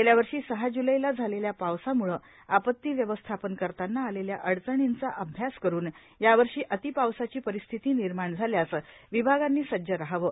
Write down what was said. गेल्यावर्षी सहा जुलैला झालेल्या पावसामुळे आपत्ती व्यवस्थापन करतांना आलेल्या अडचणींचा अभ्यास करून यावर्षी अतिपावसाची परिस्थिती निर्माण झाल्यास विभागांनी सज्ज रहावे